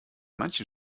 manchen